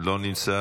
לא נמצא,